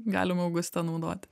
galima augustė naudoti